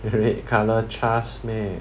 red colour CHAS meh